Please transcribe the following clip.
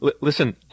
Listen